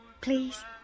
please